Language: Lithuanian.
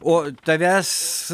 o tavęs